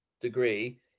degree